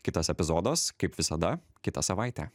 kitas epizodas kaip visada kitą savaitę